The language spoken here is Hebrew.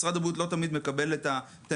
משרד הבריאות לא תמיד מקבל את הנתונים